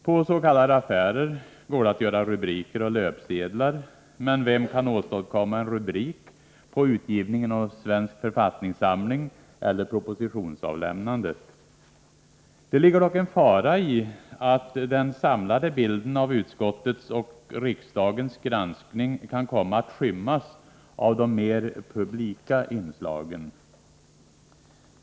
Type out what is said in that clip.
På s.k. affärer går det att göra rubriker och löpsedlar, men vem kan åstadkomma en rubrik på utgivningen av Svensk författningssamling eller propositionsavlämnandet? Det ligger dock en fara i att den samlade bilden av utskottets och riksdagens granskning kan komma att skymmas av de mer publika inslagen.